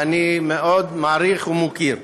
ואני מעריך ומוקיר.